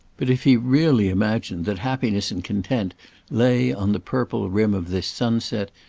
but if he really imagined that happiness and content lay on the purple rim of this sunset,